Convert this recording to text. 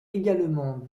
également